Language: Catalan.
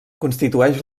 constitueix